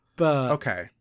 Okay